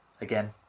Again